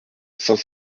saint